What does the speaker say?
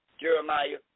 Jeremiah